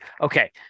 Okay